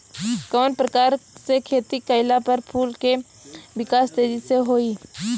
कवना प्रकार से खेती कइला पर फूल के विकास तेजी से होयी?